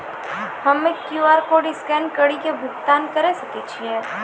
हम्मय QR code scan कड़ी के भुगतान करें सकय छियै?